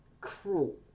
cruel